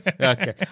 Okay